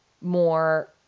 more